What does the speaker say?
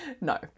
no